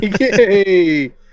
Yay